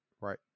right